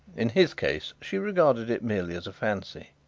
in his case she regarded it merely as a fancy.